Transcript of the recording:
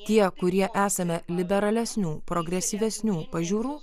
tie kurie esame liberalesnių progresyvesnių pažiūrų